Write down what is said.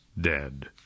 dead